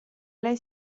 lei